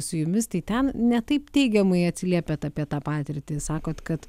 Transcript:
su jumis tai ten ne taip teigiamai atsiliepiat apie tą patirtį sakot kad